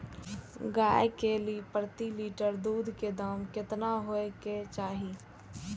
गाय के प्रति लीटर दूध के दाम केतना होय के चाही?